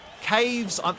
Caves